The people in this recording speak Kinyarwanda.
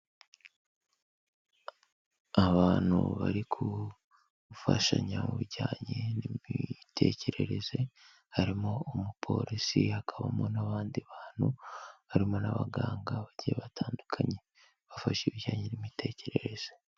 Abantu bari gufashanya mu bijyanye n'imitekerereze, harimo umupolisi hakabamo n'abandi bantu, harimo n'abaganga bagiye batandukanye bafashe ibijyanye n'imitekerereze.